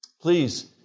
Please